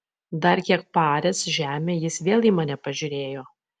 dar kiek paaręs žemę jis vėl į mane pažiūrėjo